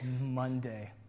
Monday